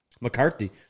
McCarthy